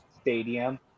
stadium